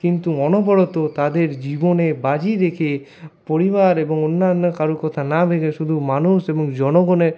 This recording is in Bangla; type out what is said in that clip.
কিন্তু অনবরত তাদের জীবনের বাজি রেখে পরিবার এবং অন্যান্য কারো কথা না ভেবে শুধু মানুষ এবং জনগণের